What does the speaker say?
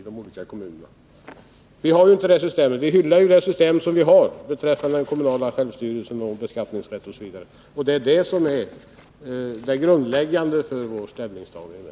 Men vi hyllar ju vårt Nr 133 system med den kommunala självstyrelsen och beskattningsrätten, och det är Torsdagen den